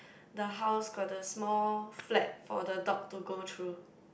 the house got the small flap for the dog to go through